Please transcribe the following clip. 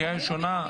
קריאה ראשונה.